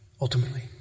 ultimately